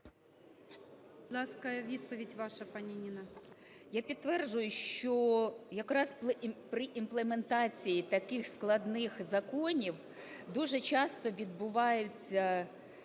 Я підтверджую, що якраз при імплементації таких складних законів дуже часто відбуваються